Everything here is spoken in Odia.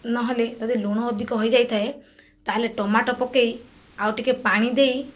ନହେଲେ ଯଦି ଲୁଣ ଅଧିକ ହୋଇଯାଇଥାଏ ତା'ହେଲେ ଟମାଟୋ ପକାଇ ଆଉ ଟିକେ ପାଣି ଦେଇ